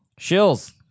Shills